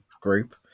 group